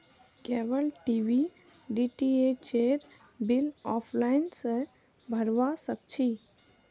cable TV डीटीएचेर bill offline स भरवा सक छी